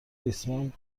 ریسمان